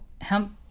hemp